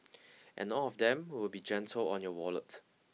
and all of them will be gentle on your wallet